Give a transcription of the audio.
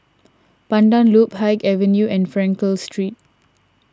Pandan Loop Haig Avenue and Frankel Street